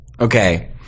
Okay